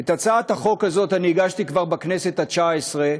את הצעת החוק הזאת הגשתי כבר בכנסת התשע-עשרה,